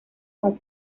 con